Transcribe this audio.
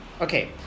Okay